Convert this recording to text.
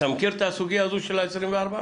אתה מכיר את הסוגיה הזו של ה-24 מיליון?